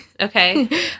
Okay